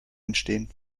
entstehen